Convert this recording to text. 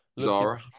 Zara